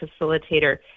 facilitator